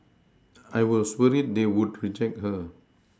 I was worried they would reject her